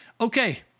Okay